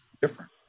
different